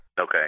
okay